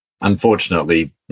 unfortunately